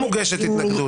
אצלם, זה הולך לבית המשפט.